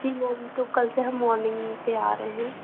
जी ma'am तो कल से हम मॉर्निंग में आ रहे हैं